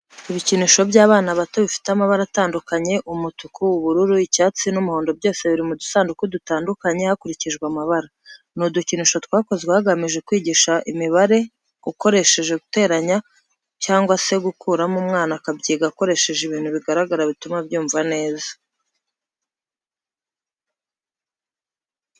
Ibikinisho by'abana bato bifite amabara atandukanye umutuku, ubururu, icyatsi n'umuhondo byose biri mu dusanduku dutandukanye hakurikije amabara. Ni udukinisho twakozwe hagamijwe kwigisha imibare ukoresheje guteranya cyangwa se gukuramo umwana akabyiga akoresheje ibintu bigaragara bituma abyumva neza.